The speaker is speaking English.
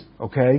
okay